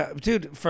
Dude